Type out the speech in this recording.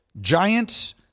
Giants